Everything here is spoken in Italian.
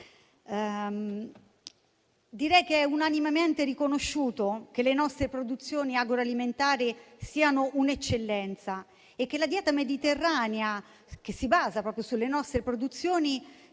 Direi che è unanimemente riconosciuto che le nostre produzioni agroalimentari siano un'eccellenza e che la dieta mediterranea, che si basa proprio sulle nostre produzioni,